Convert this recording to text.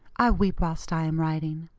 i weep whilst i am writing.